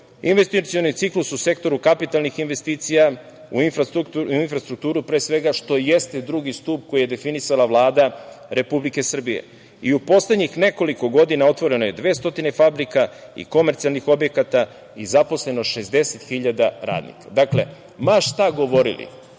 investicioni ciklus u sektoru kapitalnih investicija u infrastrukturu pre svega, što jeste drugi stub koji je definisala Vlada Republike Srbije i u poslednjih nekoliko godina otvoreno je 200 fabrika i komercijalnih objekata i zaposleno 60.000 radnika. Dakle, ma šta govorili,